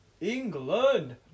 England